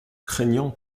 craignant